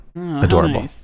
Adorable